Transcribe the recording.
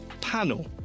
panel